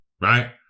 right